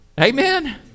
Amen